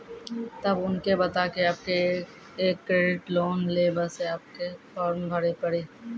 तब उनके बता के आपके के एक क्रेडिट लोन ले बसे आपके के फॉर्म भरी पड़ी?